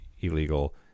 illegal